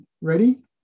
ready